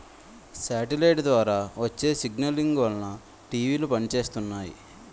satellite ద్వారా వచ్చే signalling వలన టీవీలు పనిచేస్తున్నాయి